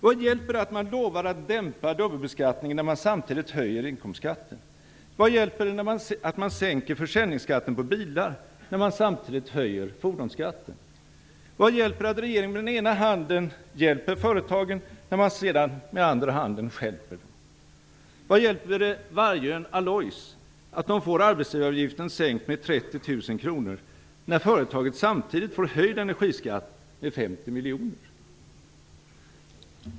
Vad hjälper det att man lovar att dämpa dubbelbeskattningen när man samtidigt höjer inkomstskatten? Vad hjälper det att man sänker försäljningsskatten på bilar när man samtidigt höjer fordonsskatten? Vad hjälper det att regeringen med den ena handen hjälper företagen när man med andra handen stjälper dem? Vad hjälper det Vargön Alloys att det får arbetsgivaravgiften sänkt med 30 000 kr när företaget samtidigt får höjd energiskatt med 50 miljoner?